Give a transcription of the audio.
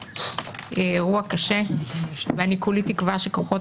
אירוע קשה ואני כולי תקווה שכוחות